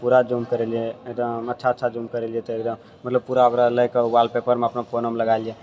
पूरा जूम करए लिए एकदम अच्छा अच्छा जूम करए लिए तऽ एकदम मतलब पूरा ओकरा लैके वॉलपेपरमे अपना फोनोमे लगा लेलिऐ